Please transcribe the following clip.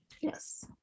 Yes